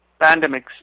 pandemics